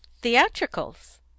theatricals